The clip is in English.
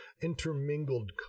intermingled